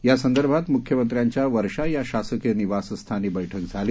यासंदर्भात मुख्यमंत्र्यांच्या वर्षा या शासकीय निवासस्थानी बैठक झाली